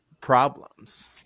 problems